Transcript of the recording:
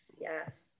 yes